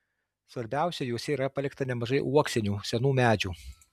svarbiausia juose yra palikta nemažai uoksinių senų medžių